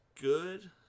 good